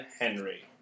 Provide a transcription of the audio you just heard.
Henry